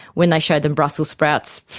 when they showed them brussel sprouts,